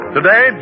Today